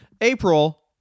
April